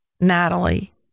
Natalie